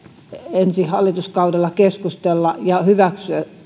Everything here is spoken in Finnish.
ensi hallituskaudella keskustella ja hyväksyä